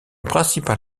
principal